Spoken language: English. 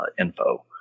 info